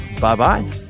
Bye-bye